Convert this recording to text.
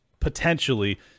potentially